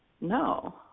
No